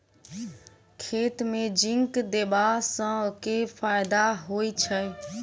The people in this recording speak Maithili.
खेत मे जिंक देबा सँ केँ फायदा होइ छैय?